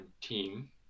team